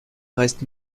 reste